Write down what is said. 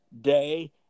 day